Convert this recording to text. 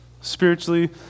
spiritually